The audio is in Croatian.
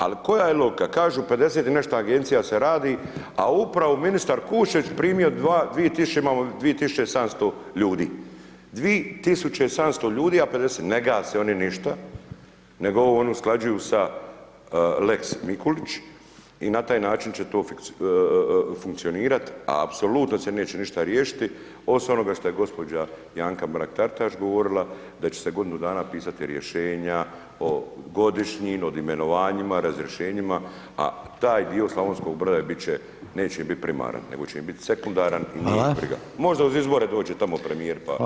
Al, koja je logika, kažu 50 i nešto Agencija se radi, a upravo ministar Kuščević primio 2000, imamo 2700 ljudi, 2700 ljudi, a 50, ne gase oni ništa, nego ovo oni usklađuju sa lex Mikulić i na taj način će to funkcionirati, a apsolutno se neće ništa riješiti, osim onoga što je gospođa Anka Mrak Taritaš govorila da će se godinu dana pisati rješenja o godišnjim, o imenovanjima, razrješenjima, a taj dio Slavonskog Broda biti će, neće im biti primaran, nego će im biti sekundaran i nije ih briga [[Upadica: Hvala]] Možda uz izbore dođe tamo premijer, pa…